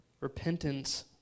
repentance